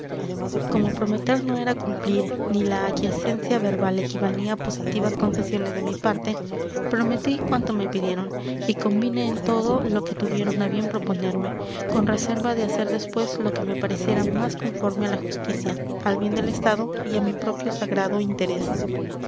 como prometer no era cumplir ni la aquiescencia verbal equivalía a positivas concesiones de mi parte prometí cuanto me pidieron y convine en todo lo que tuvieron a bien proponerme con reserva de hacer después lo que me pareciera más conforme a la justicia al bien del estado y a mi propio sagrado interés